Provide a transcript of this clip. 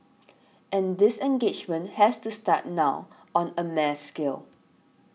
and this engagement has to start now on a mass scale